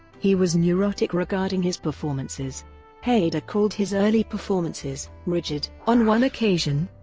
he was neurotic regarding his performances hader called his early performances rigid. on one occasion,